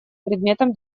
предметом